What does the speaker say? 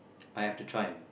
I have to try and